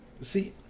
See